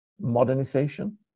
modernization